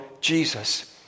Jesus